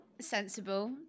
sensible